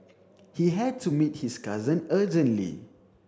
he had to meet his cousin urgently